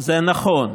זה נכון,